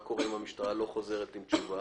מה קורה אם המשטרה לא חוזרת עם תשובה?